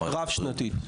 רב-שנתית.